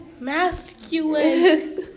Masculine